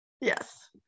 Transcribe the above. Yes